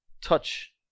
touch